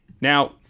now